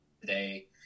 today